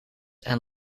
and